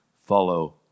follow